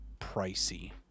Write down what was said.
pricey